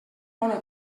bona